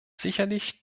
sicherlich